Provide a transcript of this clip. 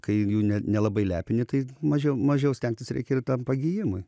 kai jų ne nelabai lepini tai mažiau mažiau stengtis reikia ir tam pagijimui